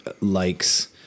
likes